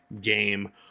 game